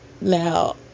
Now